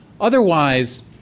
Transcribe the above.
Otherwise